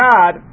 God